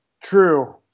True